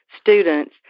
students